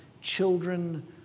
children